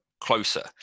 Closer